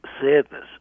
sadness